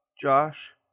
Josh